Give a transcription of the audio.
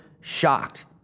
shocked